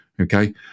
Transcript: okay